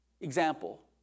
Example